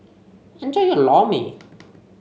enjoy your Lor Mee